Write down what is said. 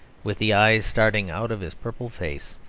with the eyes starting out of his purple face.